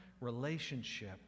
relationship